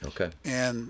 Okay